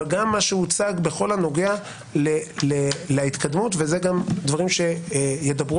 וגם מה שהוצג בכל הנוגע להתקדמות שאלה דברים שידברו